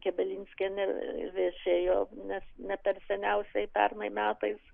kebeinskienė viešėjo nes ne per seniausiai pernai metais